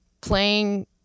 playing